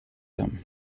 them